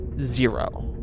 zero